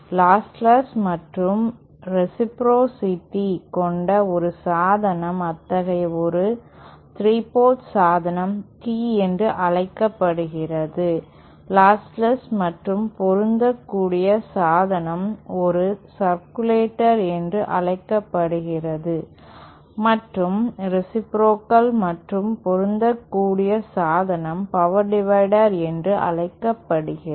lossless மற்றும் reciprocity கொண்ட ஒரு சாதனம் அத்தகைய ஒரு 3 போர்ட் சாதனம் Tee என்று அழைக்கப்படுகிறது லாஸ்லஸ் மற்றும் பொருந்தக்கூடிய சாதனம் ஒரு சர்குலேட்டர் என்று அழைக்கப்படுகிறது மற்றும் ரேசிப்ரோகல் மற்றும் பொருந்தக்கூடிய சாதனம் பவர் டிவைடர் என்றும் அழைக்கப்படுகிறது